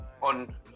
on